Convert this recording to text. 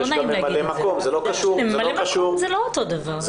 ממלא מקום זה לא אותו דבר.